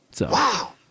Wow